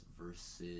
versus